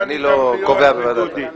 אני לא קובע בוועדת ההסכמות.